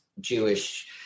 Jewish